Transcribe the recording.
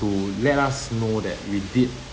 to let us know that we did